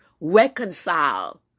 reconcile